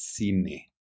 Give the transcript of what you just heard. cine